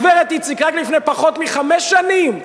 הגברת איציק, רק לפני פחות מחמש שנים,